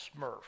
Smurf